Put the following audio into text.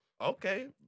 okay